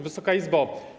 Wysoka Izbo!